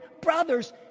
brothers